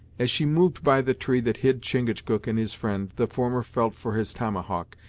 as she moved by the tree that hid chingachgook and his friend the former felt for his tomahawk,